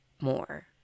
more